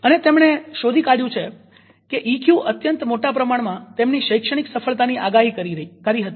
અને તેમણે શોધી કાઢ્યુ છે કે ઈક્યુ અત્યંત મોટા પ્રમાણમાં તેમની શૈક્ષણિક સફળતાની આગાહી કરી હતી